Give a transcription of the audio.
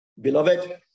Beloved